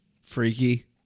Freaky